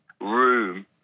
room